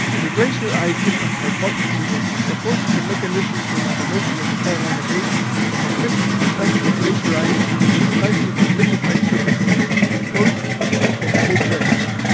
the glacier ice impact hypothesis proposes a mechanism for the formation of the carolina bays from oblique impacts of glacier ice on the seismically liquefied surfaces of the coast and the midwest.